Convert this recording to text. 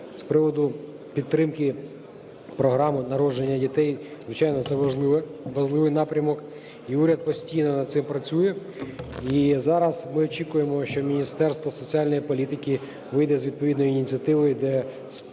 З приводу підтримки програми народження дітей. Звичайно, це важливий напрямок, уряд постійно над цим працює. І зараз ми очікуємо, що Міністерство соціальної політики вийде з відповідною ініціативою, де переформатує